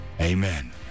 amen